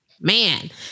man